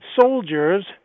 soldiers